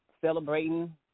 celebrating